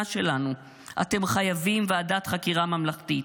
שלנו אתם חייבים ועדת חקירה ממלכתית,